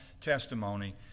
testimony